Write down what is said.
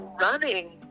running